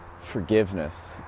forgiveness